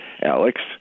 Alex